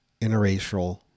interracial